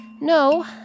No